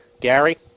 Gary